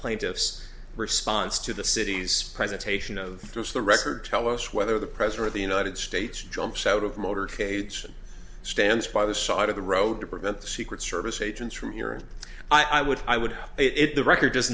plaintiff's response to the city's presentation of the record tell us whether the president of the united states jumps out of motorcades stance by the side of the road to prevent the secret service agents from here and i would i would have it the record just